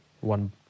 one